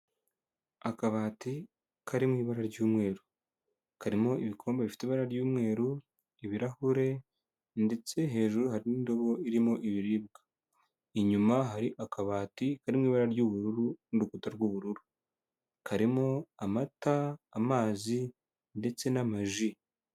Akabati kari mu ibara ry'umweru, karimo ibikombe bifite ibara ry'umweru, ibirahure ndetse hejuru hari n'indobo irimo ibiribwa, inyuma hari akabati kari mu ibara ry'ubururu, n'urukuta rw'ubururu, karimo amata amazi ndetse n'amaji.